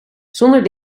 zonder